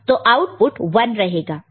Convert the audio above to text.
तो आउटपुट 1 रहेगा